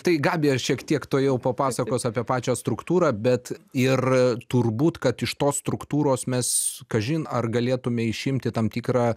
tai gabija šiek tiek tuojau papasakos apie pačią struktūrą bet ir turbūt kad iš tos struktūros mes kažin ar galėtume išimti tam tikrą